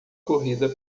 corrida